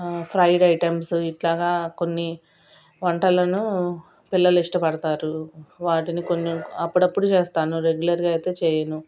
fried items ఇలాగ కొన్ని వంటలను పిల్లలు ఇష్టపడుతారు వాటిని కొన్ని అప్పుడప్పుడు చేస్తాను రెగ్యులర్గా అయితే చెయ్యను